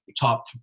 top –